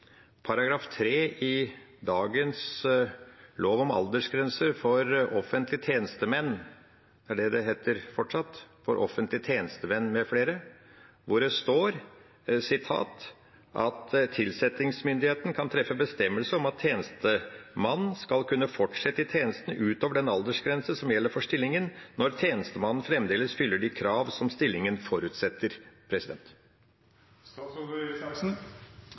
i dagens lov om aldersgrenser for offentlige tjenestemenn – det er det den heter fortsatt – mfl.? Der står det: «Tilsettingsmyndigheten kan treffe bestemmelse om at en tjenestemann skal kunne fortsette i tjenesten utover den aldersgrense som gjelder for stillingen, når tjenestemannen fremdeles fyller de krav som stillingen forutsetter.»